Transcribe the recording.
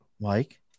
Mike